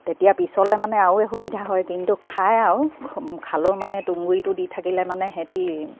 তেতিয়া পিছলে মানে আৰু সুবিধা হয় কিন্তু খাই আৰু খালেও মানে তুঁহ গুৰিটো দি থাকিলে মানে সেহেঁতি